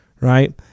right